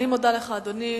אני מודה לך, אדוני.